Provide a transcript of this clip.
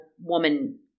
woman